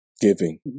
giving